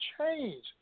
change